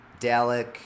Dalek